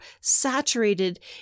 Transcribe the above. saturated